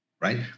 right